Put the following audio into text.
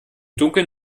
dunkeln